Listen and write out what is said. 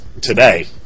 today